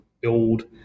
build